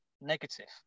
negative